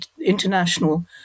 international